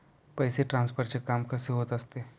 पैसे ट्रान्सफरचे काम कसे होत असते?